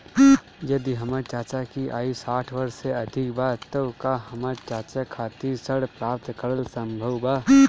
यदि हमर चाचा की आयु साठ वर्ष से अधिक बा त का हमर चाचा खातिर ऋण प्राप्त करल संभव बा